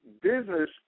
business